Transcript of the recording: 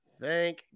Thank